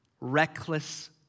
reckless